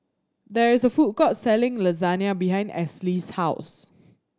there is a food court selling Lasagna behind Esley's house